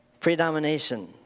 predomination